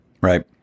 Right